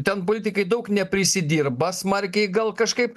ten bultikai daug neprisidirba smarkiai gal kažkaip